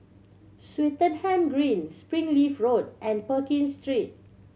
Swettenham Green Springleaf Road and Pekin Street